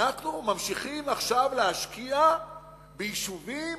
אנחנו ממשיכים עכשיו להשקיע ביישובים